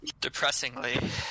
Depressingly